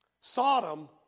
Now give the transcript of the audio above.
Sodom